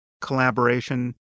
collaboration